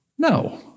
No